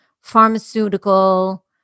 pharmaceutical